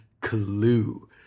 Clue